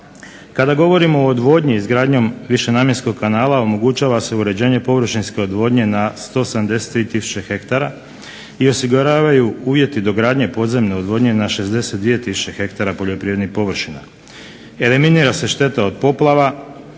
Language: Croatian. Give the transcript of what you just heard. Kada govorimo o odvodnji izgradnjom višenamjenskog kanala omogućava se uređenje površinske odvodnje na 173 tisuće hektara, i osiguravaju uvjeti dogradnje podzemne odvodnje na 62 tisuće hektara poljoprivrednih površina, eliminira se šteta od poplava,